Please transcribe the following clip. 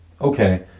Okay